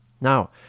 Now